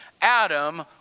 Adam